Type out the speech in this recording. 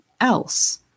else